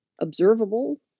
Observable